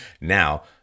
now